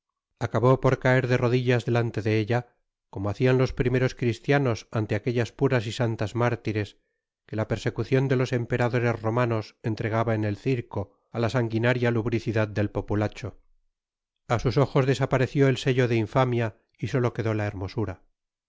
acabó por caer de rodillas delante de ella como hacian los primeros cristianos ante aquellas puras y santas mártires que la persecucion de los emperadores romanos entregaba en el circo á la sanguinaria lubricidad del populacho a sus ojos desapareció el sello de infamia y solo quedó la hermosura